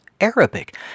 Arabic